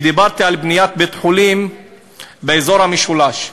דיברתי על בניית בית-חולים באזור המשולש,